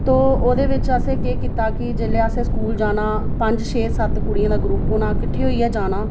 तो ओह् दे बिच्च असें केह् कीता कि जेल्लै असें स्कूल जाना पंज छे सत्त कुड़ियें दा ग्रुप होना किट्ठे होइयै जाना